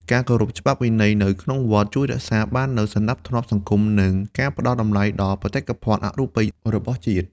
ការគោរពច្បាប់វិន័យនៅក្នុងវត្ត ជួយរក្សាបាននូវសណ្តាប់ធ្នាប់សង្គម និងការផ្តល់តម្លៃដល់បេតិកភណ្ឌអរូបីរបស់ជាតិ។